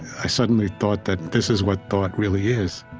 i suddenly thought that this is what thought really is